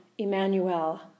Emmanuel